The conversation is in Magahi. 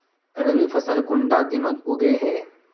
रवि फसल कुंडा दिनोत उगैहे?